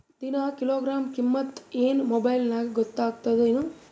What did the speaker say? ದಿನಾ ಕಿಲೋಗ್ರಾಂ ಕಿಮ್ಮತ್ ಏನ್ ಮೊಬೈಲ್ ನ್ಯಾಗ ಗೊತ್ತಾಗತ್ತದೇನು?